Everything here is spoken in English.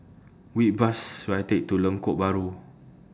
Which Bus should I Take to Lengkok Bahru